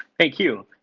thank you.